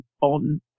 on